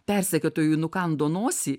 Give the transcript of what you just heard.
persekiotojui nukando nosį